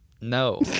No